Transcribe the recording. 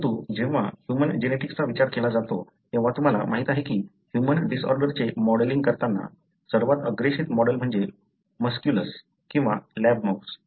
परंतु जेव्हा ह्यूमन जेनेटिक्सचा विचार केला जातो तेव्हा तुम्हाला माहिती आहे की ह्यूमन डिसऑर्डरचे मॉडेलिंग करताना सर्वात अग्रेषित मॉडेल म्हणजे मस्कुलस किंवा लॅब माऊस